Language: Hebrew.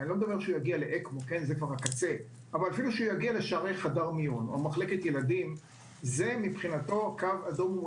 אפילו לשערי חדר מיון או מחלקת ילדים זה מבחינתו קו אדום,